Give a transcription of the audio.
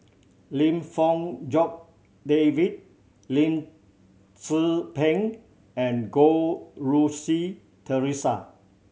Lim Fong Jock David Lim Tze Peng and Goh Rui Si Theresa